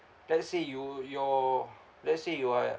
let's say you you're let's say you are